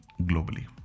globally